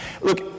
Look